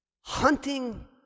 Hunting